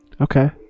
Okay